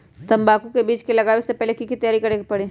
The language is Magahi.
तंबाकू के बीज के लगाबे से पहिले के की तैयारी करे के परी?